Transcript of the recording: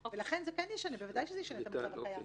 לכן, בוודאי שזה כן ישנה את המצב הקיים.